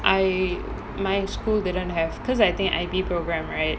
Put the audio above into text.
I my school didn't have because I think I_P program right